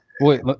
wait